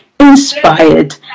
inspired